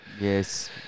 yes